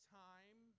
time